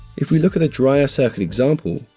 if we look at the dryer circuit example,